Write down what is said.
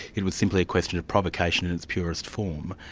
it was simply a question of provocation in its purest form,